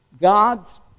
God's